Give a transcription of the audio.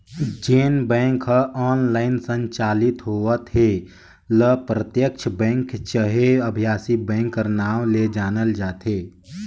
जेन बेंक ह ऑनलाईन संचालित होवत हे ल प्रत्यक्छ बेंक चहे अभासी बेंक कर नांव ले जानल जाथे